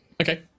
Okay